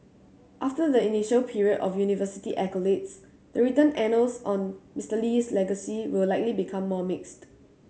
after the initial period of universal accolades the written annals on Mister Lee's legacy will likely become more mixed